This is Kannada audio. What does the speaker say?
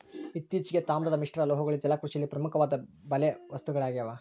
ಇತ್ತೀಚೆಗೆ, ತಾಮ್ರದ ಮಿಶ್ರಲೋಹಗಳು ಜಲಕೃಷಿಯಲ್ಲಿ ಪ್ರಮುಖವಾದ ಬಲೆ ವಸ್ತುಗಳಾಗ್ಯವ